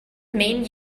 mean